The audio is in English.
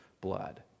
blood